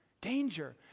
Danger